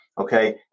okay